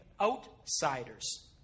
outsiders